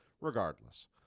regardless